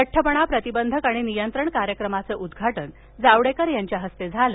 लट्टपणा प्रतिबंधक आणि नियंत्रण कार्यक्रमाचं उद्घघाटन जावड्रेकर यांच्या हस्ते झालं